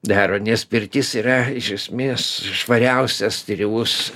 daro nes pirtis yra iš esmės švariausias sterilus